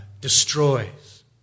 destroys